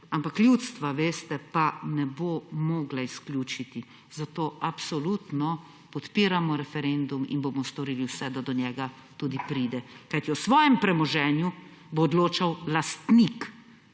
ampak ljudstva, veste, pa ne bo mogla izključiti, zato absolutno podpiramo referendum in bomo storili vse, da do njega tudi pride, kajti o svojem premoženju bo odločal lastnik